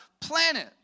planet